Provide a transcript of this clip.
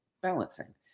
balancing